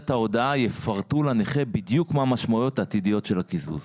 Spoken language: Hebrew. ההודעה יפרטו לנכה בדיוק מה המשמעויות העתידיות של הקיזוז.